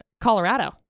Colorado